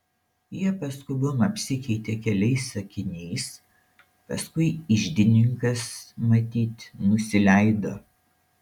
jie paskubom apsikeitė keliais sakiniais paskui iždininkas matyt nusileido